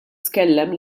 tkellem